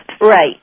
Right